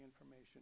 information